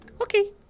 Okay